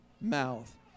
mouth